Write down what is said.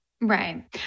right